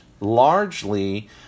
largely